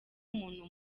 umuntu